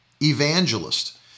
evangelist